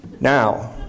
Now